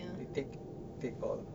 you take take all